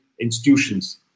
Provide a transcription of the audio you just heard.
institutions